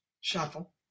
shuffle